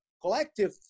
collective